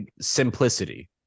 simplicity